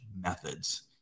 methods